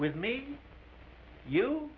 with me you